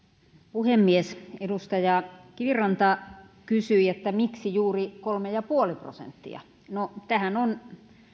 puhemies edustaja kiviranta kysyi miksi juuri kolme pilkku viisi prosenttia no tähän on